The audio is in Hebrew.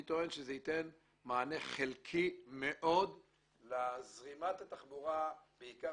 אני טוען שזה ייתן מענה חלקי מאוד לזרימת התחבורה בעיקר